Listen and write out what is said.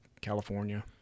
California